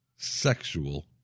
sexual